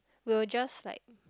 we will just like